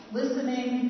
listening